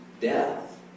death